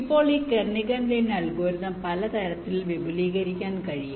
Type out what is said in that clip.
ഇപ്പോൾ ഈ Kernighan Lin algorithm പല തരത്തിൽ വിപുലീകരിക്കാൻ കഴിയും